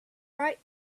bright